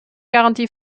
garantie